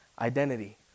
identity